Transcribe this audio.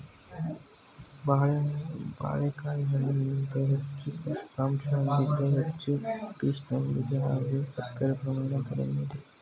ಬಾಳೆಕಾಯಿ ಬಾಳೆಹಣ್ಣಿಗಿಂತ ಹೆಚ್ಚು ಪೋಷಕಾಂಶ ಹೊಂದಿದ್ದು ಹೆಚ್ಚು ಪಿಷ್ಟ ಹೊಂದಿದೆ ಹಾಗೂ ಸಕ್ಕರೆ ಪ್ರಮಾಣ ಕಡಿಮೆ ಇದೆ